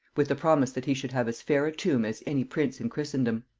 with the promise that he should have as fair a tomb as any prince in christendom.